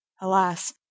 Alas